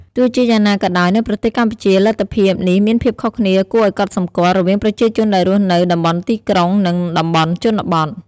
ទោះជាយ៉ាងណាក៏ដោយ នៅប្រទេសកម្ពុជា លទ្ធភាពនេះមានភាពខុសគ្នាគួរឱ្យកត់សំគាល់រវាងប្រជាជនដែលរស់នៅ តំបន់ទីក្រុង និង តំបន់ជនបទ។